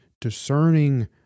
discerning